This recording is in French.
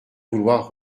vouloir